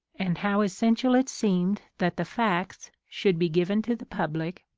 and how essential it seemed that the facts should be given to the public,